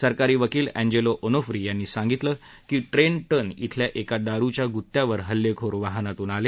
सरकारी वकील Angelo Onofri यांनी सांगितलं की ट्रें टन शिल्या एका दारूच्या गुत्यावर हल्लेखोर वाहनातून आले